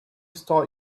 start